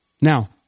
Now